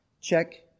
check